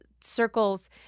circles